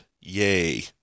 yay